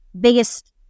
biggest